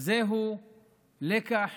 וזהו לקח